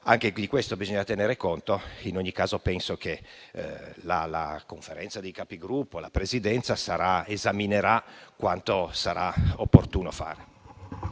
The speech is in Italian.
Anche di questo bisogna tenere conto. In ogni caso, penso che la Conferenza dei Capigruppo e la Presidenza esamineranno quanto sarà opportuno fare.